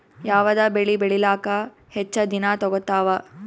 ಯಾವದ ಬೆಳಿ ಬೇಳಿಲಾಕ ಹೆಚ್ಚ ದಿನಾ ತೋಗತ್ತಾವ?